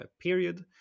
period